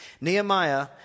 Nehemiah